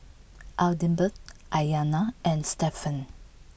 Adelbert Aiyana and Stephen